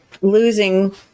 losing